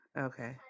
okay